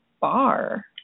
bar